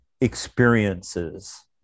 Experiences